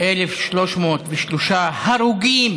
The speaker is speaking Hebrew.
1,303 הרוגים,